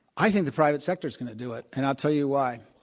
i think the private sector's going to do it, and i'll tell you why.